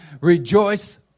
Rejoice